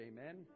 Amen